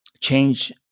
change